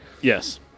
Yes